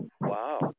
Wow